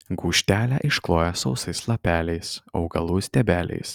gūžtelę iškloja sausais lapeliais augalų stiebeliais